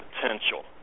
potential